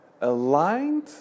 aligned